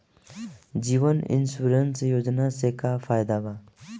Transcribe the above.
जीवन insurance योजना से का फायदा बा?